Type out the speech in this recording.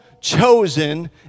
chosen